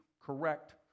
correct